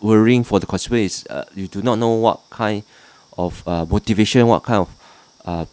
worrying for the consumer is uh you do not know what kind of uh motivation what kind of err